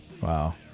Wow